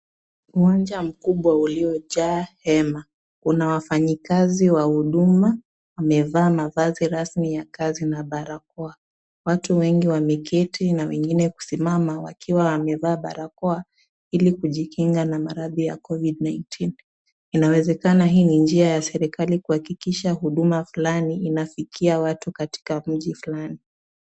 Uwanja mkubwa uliojaa hema. Kuna wafanyakazi wa huduma wamevaa mavazi rasmi ya kazi na barakoa. Watu wengi wameketi na wengine kusimama wakiwa wamevaa barakoa ili kujikinga na maradhi ya COVID-19 . Inawezekana hii ni njia ya serikali kuhakikisha huduma fulani inafikia watu katika mji fulani.